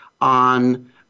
on